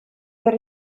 per